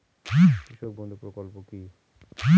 কৃষক বন্ধু প্রকল্প কি?